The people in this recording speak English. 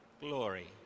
Glory